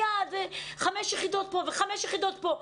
חמש יחידות פה וחמש יחידות פה.